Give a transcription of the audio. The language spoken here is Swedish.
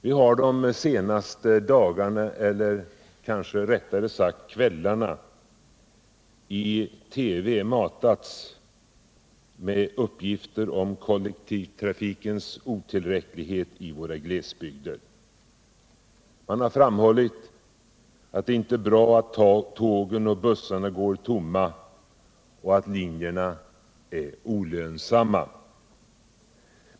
Vi har de senaste dagarna — eller kanske rättare sagt kvällarna —i TV matats med uppgifter om kollektivtrafikens otillräcklighet i våra glesbygder. Man har framhållit att det inte är bra att tågen och bussarna går tomma och att linjerna är olönsamma.